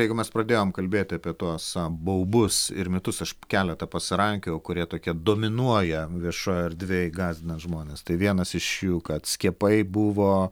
jeigu mes pradėjom kalbėti apie tuos baubus ir mitus aš keletą pasirankiojau kurie tokie dominuoja viešojoj erdvėj gąsdina žmones tai vienas iš jų kad skiepai buvo